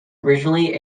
originally